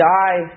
die